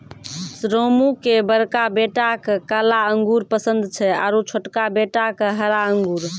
रामू के बड़का बेटा क काला अंगूर पसंद छै आरो छोटका बेटा क हरा अंगूर